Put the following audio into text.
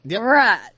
Right